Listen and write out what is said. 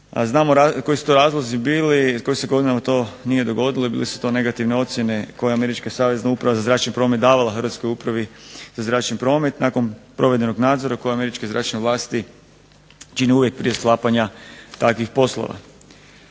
Znamo koji su to razlozi bili, koji se godinama to nije dogodilo i bili su to negativne ocjene koje američka Savezna uprava za zračni promet davala Hrvatskoj upravi za zračni promet nakon provedenog nadzora koji američke zračne vlasti čine uvijek prije sklapanja takvih poslova.